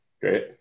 Great